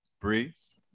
Breeze